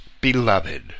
beloved